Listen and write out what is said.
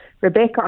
Rebecca